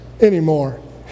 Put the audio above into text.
anymore